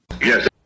Yes